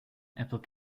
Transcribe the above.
apple